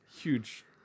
huge